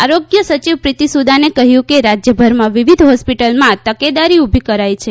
આરોગ્ય સચિવ પ્રિતી સુદાને કહ્યું કે રાજ્યભરમાં વિવિધ હોસ્પીટલમાં તકેદારી ઉભી કરાઈ છે